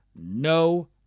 no